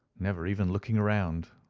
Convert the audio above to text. never even looking round,